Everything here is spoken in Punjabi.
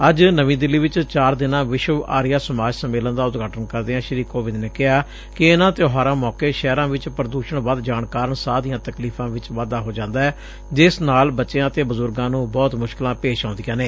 ਅੱਜ ਨਵੀਂ ਦਿੱਲੀ ਵਿਚ ਚਾਰ ਦਿਨਾਂ ਵਿਸ਼ਵ ਆਰੀਆ ਸਮਾਜ ਸੰਮੇਲਨ ਦਾ ਉਦਘਾਟਨ ਕਰਦਿਆਂ ਸ੍ਰੀ ਕੋਵਿੰਦ ਨੇ ਕਿਹਾ ਕਿ ਇਨੂਾਂ ਤਿਉਹਾਰਾਂ ਮੌਕੇ ਸ਼ਹਿਰਾਂ ਵਿਚ ਪ੍ਦੂਸ਼ਣ ਵੱਧ ਜਾਣ ਕਾਰਨ ਸਾਹ ਦੀਆਂ ਤਕਲੀਫਾਂ ਵਿਚ ਵਾਧਾ ਹੋ ਜਾਂਦੈ ਜਿਸ ਨਾਲ ਕਿ ਬੱਚਿਆਂ ਅਤੇ ਬਜੁਰਗਾਂ ਨੂੰ ਬਹੁਤ ਮੁਸ਼ਕਲਾਂ ਪੇਸ਼ ਆਉਂਦੀਆਂ ਨੇ